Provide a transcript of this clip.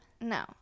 No